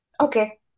Okay